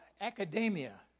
academia